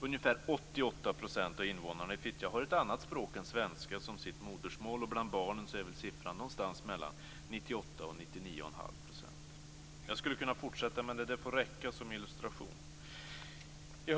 Ungefär 88 % av invånarna i Fittja har ett annat språk än svenska som sitt modersmål. Bland barnen är siffran någonstans mellan 98 % och 99 1⁄2 %. Jag skulle kunna fortsätta, men detta får räcka som illustration.